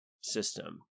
system